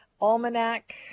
almanac